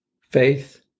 faith